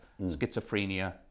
Schizophrenia